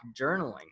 journaling